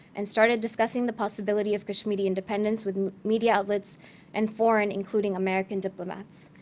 and started discussing the possibility of kashmiri independence with media outlets and foreign including american diplomats.